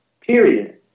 period